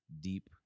deep